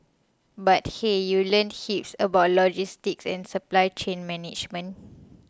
but hey you learn heaps about logistics and supply chain management